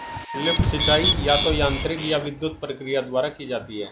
lift सिंचाई या तो यांत्रिक या विद्युत प्रक्रिया द्वारा की जाती है